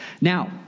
Now